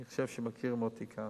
אני חושב שמכירים אותי כאן.